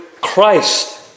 Christ